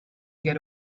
get